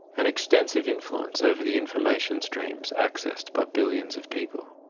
and extensive influence over the information streams accessed by billions of people.